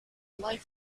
live